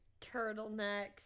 turtlenecks